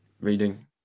reading